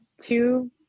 two